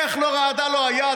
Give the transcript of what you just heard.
איך לא רעדה לו היד,